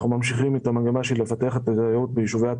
אנחנו ממשיכים את המגמה של פיתוח התיירות ביישובים.